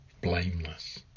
blameless